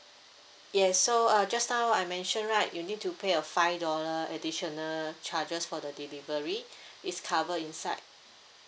yes so uh just now I mention right you need to pay a five dollar additional charges for the delivery it's cover inside